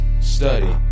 study